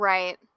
Right